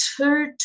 two